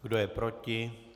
Kdo je proti?